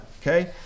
okay